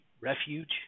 refuge